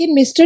Mr